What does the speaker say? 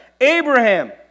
Abraham